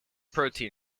protein